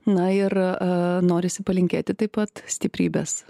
na ir a norisi palinkėti taip pat stiprybės